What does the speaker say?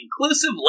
inclusive